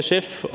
SF,